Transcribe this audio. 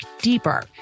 deeper